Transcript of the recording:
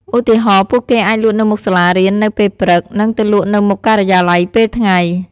ឧទាហរណ៍ ពួកគេអាចលក់នៅមុខសាលារៀននៅពេលព្រឹកនិងទៅលក់នៅមុខការិយាល័យពេលថ្ងៃ។